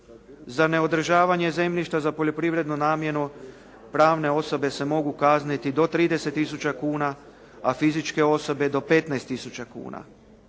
Za neodržavanje zemljišta za poljoprivrednu namjenu, pravne osobe se mogu kazniti do 30 tisuća kuna, a fizičke osobe do 15 tisuća kuna.